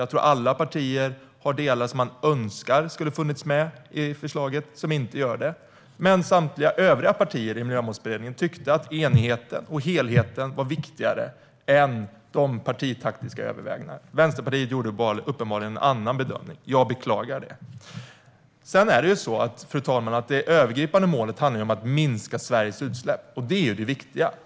Jag tror att alla partier har delar som de önskar skulle ha funnits med i förslaget men som inte gör det. Men samtliga övriga partier i Miljömålsberedningen tyckte att enigheten och helheten var viktigare än de partitaktiska övervägandena. Vänsterpartiet gjorde uppenbarligen en annan bedömning, vilket jag beklagar. Fru talman! Det övergripande målet handlar om att minska Sveriges utsläpp. Det är det viktiga.